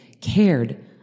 cared